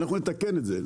אנחנו נתקן את זה.